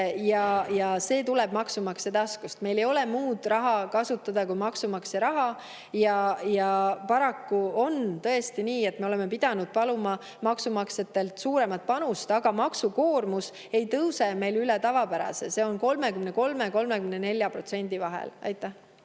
[raha] tuleb maksumaksja taskust. Meil ei ole kasutada muud raha kui maksumaksja raha. Paraku on tõesti nii, et me oleme pidanud paluma maksumaksjatelt suuremat panust. Aga maksukoormus ei tõuse meil üle tavapärase, see on 33% ja 34% vahel. Hea